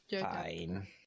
fine